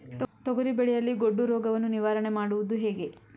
ತೊಗರಿ ಬೆಳೆಯಲ್ಲಿ ಗೊಡ್ಡು ರೋಗವನ್ನು ನಿವಾರಣೆ ಮಾಡುವುದು ಹೇಗೆ?